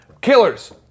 killers